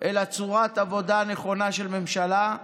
אלא צורת עבודה נכונה של הממשלה,